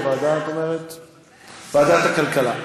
ועדת הכלכלה.